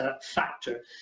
factor